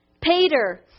Peter